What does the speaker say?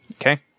Okay